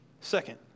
Second